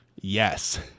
Yes